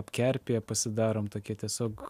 apkerpėję pasidarom tokie tiesiog